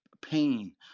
pain